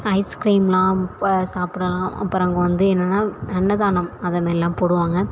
ஐஸ்க்ரீம்லாம் இப்போ சாப்பிடலாம் அப்புறம் அங்கே வந்து என்னென்னா அன்னதானம் அது மாரிலாம் போடுவாங்க